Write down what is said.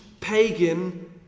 pagan